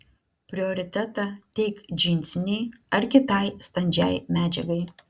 prioritetą teik džinsinei ar kitai standžiai medžiagai